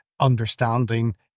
understanding